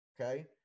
Okay